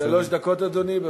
שלוש דקות, אדוני.